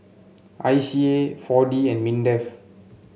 I C A four D and Mindef